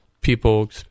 people